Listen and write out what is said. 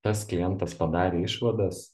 tas klientas padarė išvadas